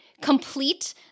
complete